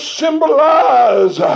symbolize